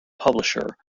publisher